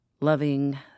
loving